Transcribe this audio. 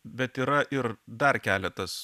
bet yra ir dar keletas